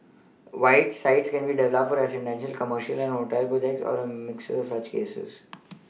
white sites can be developed for residential commercial or hotel projects or a mix of such uses